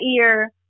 ear